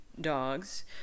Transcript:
dogs